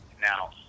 Now